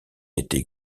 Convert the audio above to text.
été